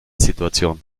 situation